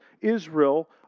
Israel